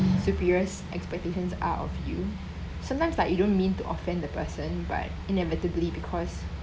superiors' expectations out of you sometimes like you don't mean to offend the person but inevitably because